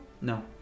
No